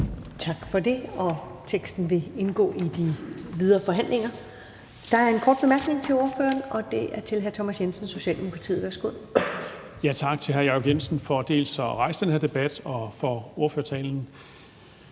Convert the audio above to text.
Tak for det. Vedtagelsesteksten vil indgå i de videre forhandlinger. Der er en kort bemærkning til ordføreren, og det er fra hr. Thomas Jensen, Socialdemokratiet. Værsgo. Kl. 19:08 Thomas Jensen (S): Tak til hr. Jacob Jensen dels for at rejse den her debat, dels for ordførertalen.